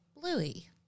Bluey